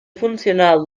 funcional